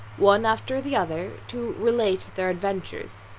one after the other, to relate their adventures